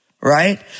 Right